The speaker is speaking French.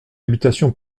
habitation